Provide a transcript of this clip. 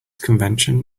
convention